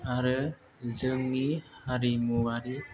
आरो जोंनि हारिमुआरि